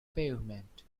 pavement